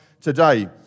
today